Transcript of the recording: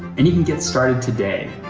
and you can get started today.